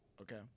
okay